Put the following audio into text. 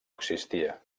existia